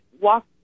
walk